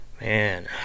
Man